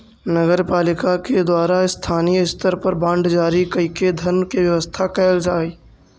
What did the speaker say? नगर पालिका के द्वारा स्थानीय स्तर पर बांड जारी कईके धन के व्यवस्था कैल जा हई